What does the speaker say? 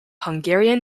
hungarian